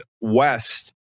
west